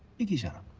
thank you sir.